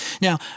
Now